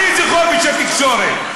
על איזה חופש התקשורת?